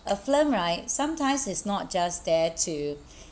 a film right sometimes is not just there to